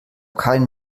keinen